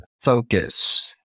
focus